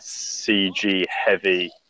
CG-heavy